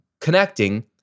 connecting